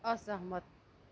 असहमत